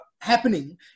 happening